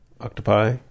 Octopi